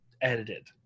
edited